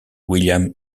william